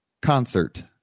concert